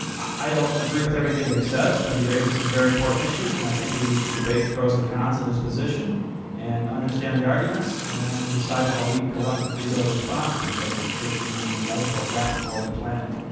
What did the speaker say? i don't agree with everything that he says, but he raises some very important issues, and i think we need to debate the pros and the cons of his position and understand the arguments and decide how we collectively will respond, because it could mean life or death for the planet.